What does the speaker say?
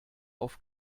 auf